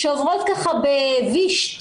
שעוברות ב"וויש",